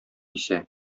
исә